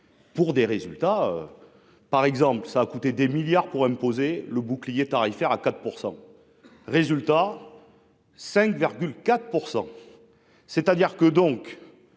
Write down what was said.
Pour des résultats. Par exemple, ça a coûté des milliards pour imposer le bouclier tarifaire à 4%. Résultat. 5,4%. C'est-à-dire que donc.